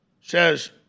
says